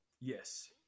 Yes